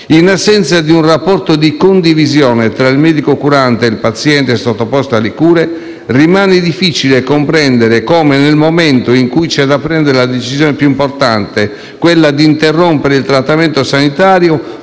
In assenza di un rapporto di condivisione tra il medico curante e il paziente sottoposto alle cure, rimane difficile comprendere come, nel momento in cui c'è da prendere la decisione più importante, quella di interrompere il trattamento sanitario,